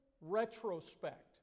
retrospect